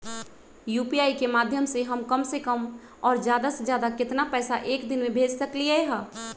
UPI के माध्यम से हम कम से कम और ज्यादा से ज्यादा केतना पैसा एक दिन में भेज सकलियै ह?